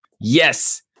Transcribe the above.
Yes